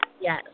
Yes